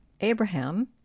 Abraham